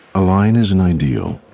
a line is an ideal,